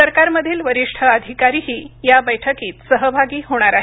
सरकारमधील वरिष्ठ अधिकारीही या बैठकीत सहभागी होणार आहेत